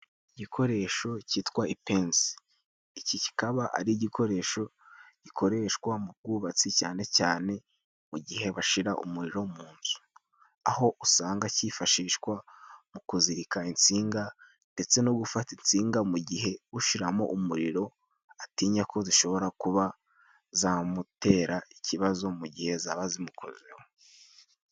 Igikoresho cyitwa ipensi .Iki kikaba ari igikoresho gikoreshwa mu bwubatsi cyane cyane mu gihe bashira umuriro mu nzu .Aho usanga cyifashishwa mu kuzirika intsinga ndetse no gufata intsinga mu gihe ushiramo umuriro atinya ko zishobora kuba zamutera ikibazo mu gihe zaba zimukozeho.